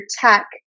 tech